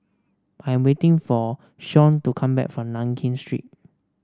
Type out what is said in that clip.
I am waiting for Shon to come back from Nankin Street